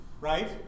right